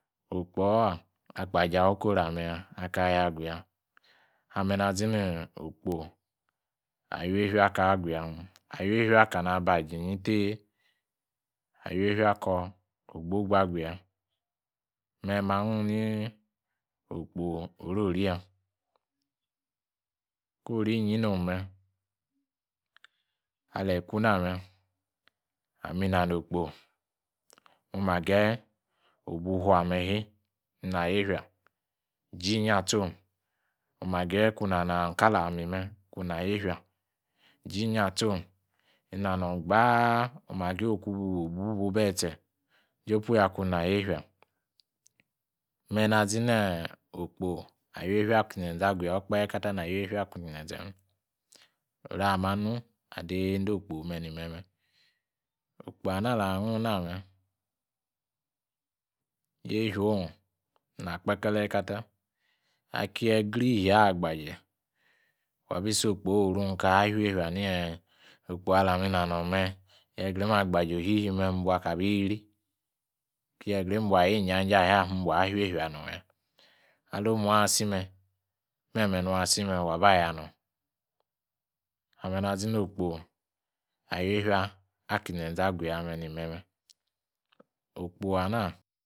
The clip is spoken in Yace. Okpo'o agbaje awa niko oru amoh ya aka aya agu ya, ameh na zina okpo awu yefia aka na badji nji tie' awu yefia akor ogbogba aguya, mme' ma angun nini okpo, orori-ya ko ori nom mme alie kuna mme; ami inano' okpo, moma gaye fuame yi ina yefia ji inyi atsum oma gaye kon nano kalami meh kun na'naefia, jiinyi atsum, inano gbaa' oma gayi kun bubetse juopuya kkun nane-efia mme na zi ne okpo awu yefia aki zenze agu ya okpahe katar na wiefia aki nzenze meh. Oru amanu ade nyiedo okpo oni memeh Okpo oni memeh Okpo ana alah ngun na meh, ye fiaun ina kpekele' katar ake yegra ishieor agbaje wabi iso okpo iriun kaa' fefia ni eh! okpo alami nano meh yegraim agbaje no shieshi mibu aka biri kie yegraim ayi janjie ayor mbaa fefia na ya. Ali omoun asi mh, meme nuasi meh waba ya na. Ameh na zini okpo awu yefia aki zenze agu ya mmeh ni meh. Okpo ana,